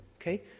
Okay